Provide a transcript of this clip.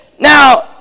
now